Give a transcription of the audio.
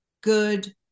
good